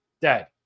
dead